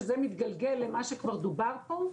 שזה מתגלגל למה שכבר דובר פה,